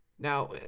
Now